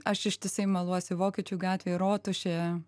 aš ištisai maluosi vokiečių gatvėj rotušėje